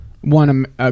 one